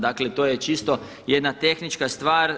Dakle, to je čisto jedna tehnička stvar.